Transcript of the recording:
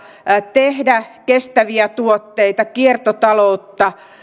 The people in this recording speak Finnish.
tehdä kestäviä tuotteita kiertotaloutta